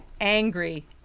Angry